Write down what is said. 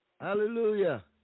Hallelujah